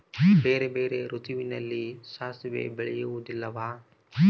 ಬೇರೆ ಬೇರೆ ಋತುವಿನಲ್ಲಿ ಸಾಸಿವೆ ಬೆಳೆಯುವುದಿಲ್ಲವಾ?